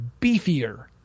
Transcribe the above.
beefier